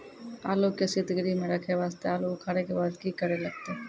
आलू के सीतगृह मे रखे वास्ते आलू उखारे के बाद की करे लगतै?